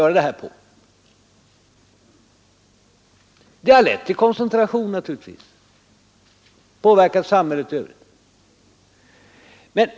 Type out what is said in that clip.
Det har naturligtvis lett till koncentration och påverkat samhället i övrigt.